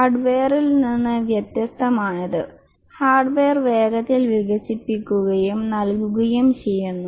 ഹാർഡ്വെയറിൽ നിന്ന് വ്യത്യസ്തമാണിത് ഹാർഡ്വെയർ വേഗത്തിൽ വികസിപ്പിക്കുകയും നൽകുകയും ചെയ്യുന്നു